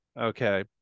okay